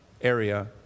area